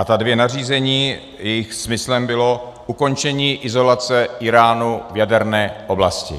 A ta dvě nařízení jejich smyslem bylo ukončení izolace Íránu v jaderné oblasti.